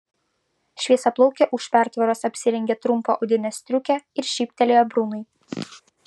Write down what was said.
šviesiaplaukė už pertvaros apsirengė trumpą odinę striukę ir šyptelėjo brunui